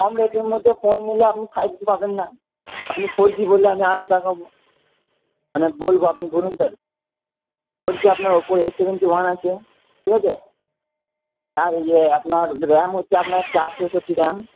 কম রেঞ্জের মধ্যে ফোন নিলে আপনি ফাইভ জি পাবেন না আপনি ফোর জি বললে আমি আরও দেখাবো মানে বলবো আপনি বলুন তা ফোর জি আপনার ওপোর এ সেভেনটি ওয়ান আছে ঠিক আছে আর ইয়ে আপনার র্যাম হচ্ছে আপনার চার চৌষট্টি র্যাম